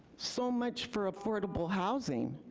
so much for affordable housing.